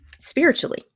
spiritually